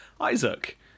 Isaac